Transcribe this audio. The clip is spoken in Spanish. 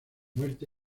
muerte